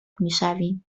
میشویم